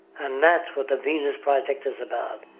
and that's what the venus project is about.